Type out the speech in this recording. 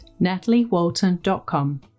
nataliewalton.com